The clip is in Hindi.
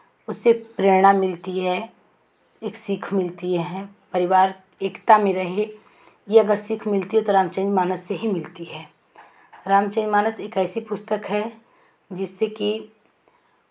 उससे एक प्रेरणा मिलती है एक सीख मिलती है परिवार एकता में रहे ये अगर सीख मिलती है तो रामचरितमानस से ही मिलती है रामचारितमानस एक ऐसी पुस्तक है जिससे कि